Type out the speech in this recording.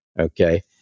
Okay